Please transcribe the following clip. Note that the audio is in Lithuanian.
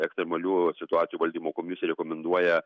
ekstremalių situacijų valdymo komisija rekomenduoja